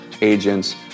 agents